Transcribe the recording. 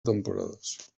temporades